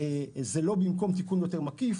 זה לא במקום תיקון יותר מקיף,